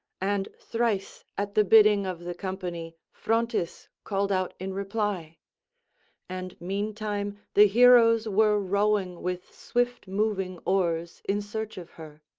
and thrice at the bidding of the company phrontis called out in reply and meantime the heroes were rowing with swift-moving oars in search of her.